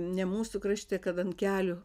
ne mūsų krašte kad ant kelių